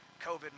COVID